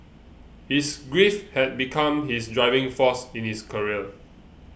his grief had become his driving force in his career